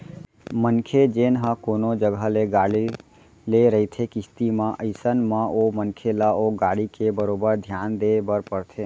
मनखे जेन ह कोनो जघा ले गाड़ी ले रहिथे किस्ती म अइसन म ओ मनखे ल ओ गाड़ी के बरोबर धियान देय बर परथे